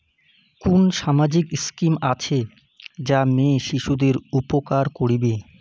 কুন সামাজিক স্কিম আছে যা মেয়ে শিশুদের উপকার করিবে?